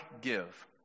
give